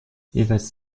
jeweils